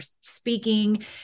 speaking